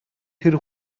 тэр